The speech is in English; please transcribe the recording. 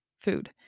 food